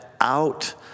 out